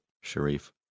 Sharif